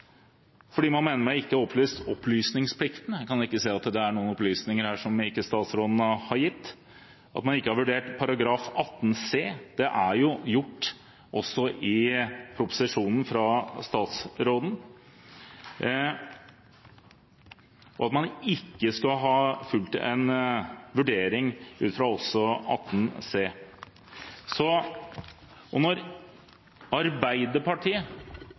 fordi man mener at statsråden ikke har oppfylt opplysningsplikten – jeg kan ikke se at det er noen opplysninger her som ikke statsråden har gitt – at man ikke har vurdert § 18 bokstav c – det er jo gjort også i proposisjonen fra statsråden – og at man ikke skal ha fulgt en vurdering også ut fra § 18 bokstav c. Og når Arbeiderpartiet